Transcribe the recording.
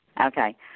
Okay